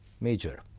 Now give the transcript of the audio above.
major